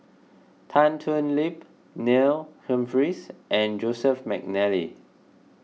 Tan Thoon Lip Neil Humphreys and Joseph McNally